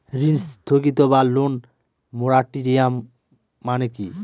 ঋণ স্থগিত বা লোন মোরাটোরিয়াম মানে কি?